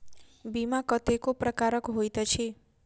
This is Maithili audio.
बीमा कतेको प्रकारक होइत अछि